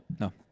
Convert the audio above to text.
No